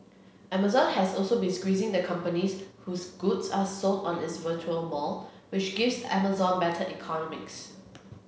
Amazon has also been squeezing the companies whose goods are sold on its virtual mall which gives Amazon better economics